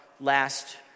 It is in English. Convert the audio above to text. last